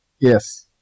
Yes